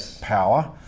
power